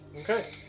Okay